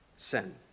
Sin